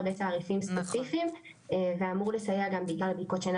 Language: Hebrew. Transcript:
הרבה תעריפים ספציפיים ואמור לסייע גם בעיקר בבדיקות שינה